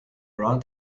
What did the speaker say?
around